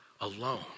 alone